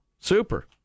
Super